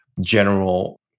general